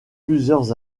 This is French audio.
plusieurs